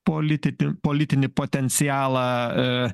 polititi politinį potencialą e